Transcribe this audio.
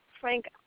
Frank